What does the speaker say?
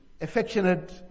affectionate